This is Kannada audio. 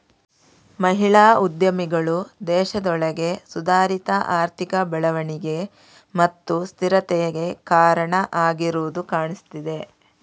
ಮಹಿಳಾ ಉದ್ಯಮಿಗಳು ದೇಶದೊಳಗೆ ಸುಧಾರಿತ ಆರ್ಥಿಕ ಬೆಳವಣಿಗೆ ಮತ್ತು ಸ್ಥಿರತೆಗೆ ಕಾರಣ ಆಗಿರುದು ಕಾಣ್ತಿದೆ